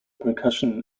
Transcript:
percussion